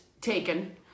taken